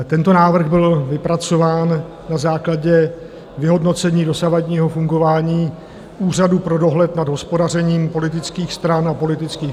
Tento návrh byl vypracován na základě vyhodnocení dosavadního fungování Úřadu pro dohled nad hospodařením politických stran a politických hnutí...